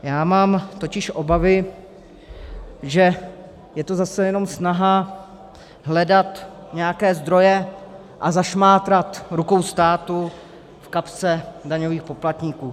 Já mám totiž obavy, že je to zase jenom snaha hledat nějaké zdroje a zašmátrat rukou státu v kapse daňových poplatníků.